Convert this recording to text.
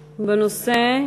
בנושא,